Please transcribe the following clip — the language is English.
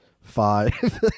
five